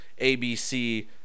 ABC